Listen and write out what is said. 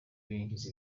binjiza